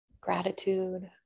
gratitude